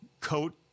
coat